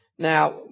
Now